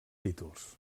títols